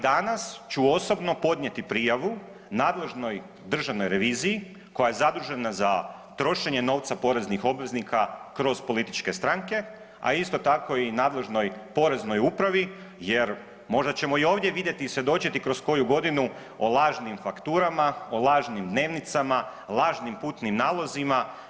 danas ću osobno podnijeti prijavu nadležnoj Državnoj reviziji koja je zadužena za trošenje novca poreznih obveznika kroz političke stranke, a isto tako i nadležnoj Poreznoj upravi jer možda ćemo i ovdje vidjeti i svjedočiti kroz koju godinu o lažnim fakturama, o lažnim dnevnicama, lažnim putnim nalozima.